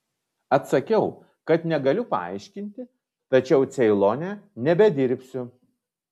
atsakiau kad negaliu paaiškinti tačiau ceilone nebedirbsiu